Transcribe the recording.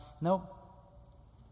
Nope